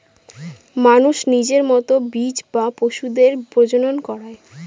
মানুষ নিজের মতো বীজ বা পশুদের প্রজনন করায়